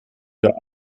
wieder